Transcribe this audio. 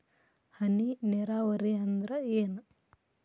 ಹನಿ ನೇರಾವರಿ ಅಂದ್ರ ಏನ್?